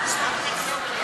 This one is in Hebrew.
הצמדת שכר הלימוד לשכר